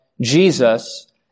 Jesus